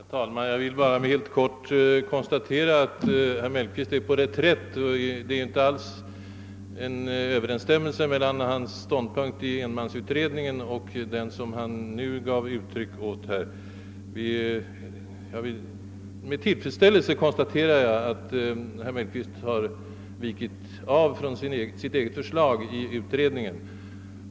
Herr talman! Jag vill bara helt kort konstatera att herr Mellqvist är på reträtt — det råder inte överensstämmelse mellan hans ståndpunkt i enmansutredningen och den som han nu intar. Med tillfredsställelse konstaterar jag att herr Mellqvist alltså har vikit av från sina egna förslag i utredningen.